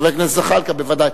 חבר הכנסת זחאלקה, בוודאי.